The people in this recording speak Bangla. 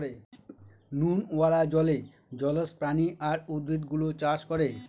নুনওয়ালা জলে জলজ প্রাণী আর উদ্ভিদ গুলো চাষ করে